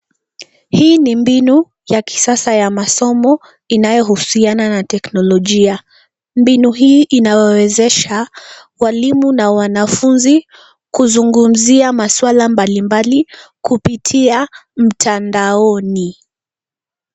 Hii ni mbinu ya kisasa ya masomo inayohusiana na teknolojia. Mbinu hii inawawezesha walimu na wanafunzi kuzungumzia maswala mbalimbali kupitia mtandaoni.